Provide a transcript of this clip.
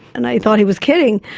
and i thought he was kidding,